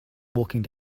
walking